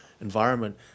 environment